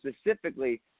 specifically